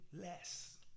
less